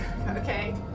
Okay